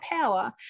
power